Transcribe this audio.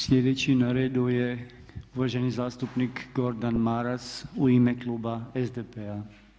Slijedeći na redu je uvaženi zastupnik Gordan Maras u ime kluba SDP-a.